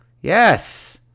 Yes